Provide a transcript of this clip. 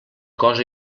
cosa